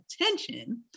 attention